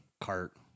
cart